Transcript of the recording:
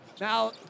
Now